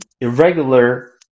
irregular